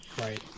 Right